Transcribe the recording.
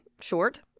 Short